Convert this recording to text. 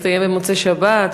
מסתיים במוצאי-שבת,